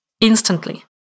instantly